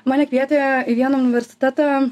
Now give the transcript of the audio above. mane kvietė į vieną universitetą